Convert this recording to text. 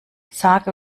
sage